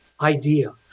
idea